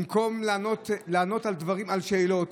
במקום לענות על שאלות,